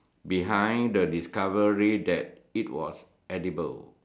behind the discovery that it was edible